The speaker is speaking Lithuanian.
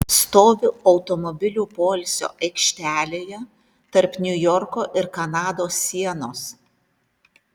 stoviu automobilių poilsio aikštelėje tarp niujorko ir kanados sienos